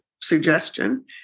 suggestion